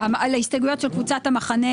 ההסתייגויות של קבוצת המחנה